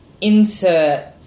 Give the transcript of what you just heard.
insert